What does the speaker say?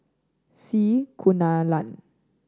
C Kunalan